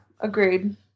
agreed